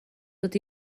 dod